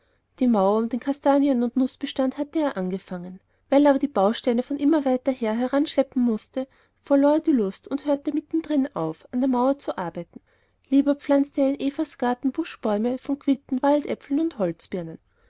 die mauer um den kastanien und nußbestand hatte er angefangen weil er aber die bausteine von immer weiterher heranschleppen mußte verlor er die lust und hörte mittendrin auf an der mauer zu arbeiten lieber pflanzte er in evas garten buschbäume von quitten waldäpfeln und holzbirnen